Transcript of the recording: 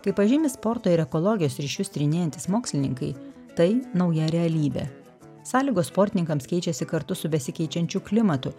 kaip pažymi sporto ir ekologijos ryšius tyrinėjantys mokslininkai tai nauja realybė sąlygos sportininkams keičiasi kartu su besikeičiančiu klimatu